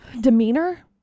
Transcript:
demeanor